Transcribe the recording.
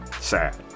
Sad